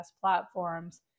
platforms